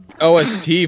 OST